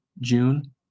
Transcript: June